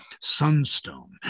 Sunstone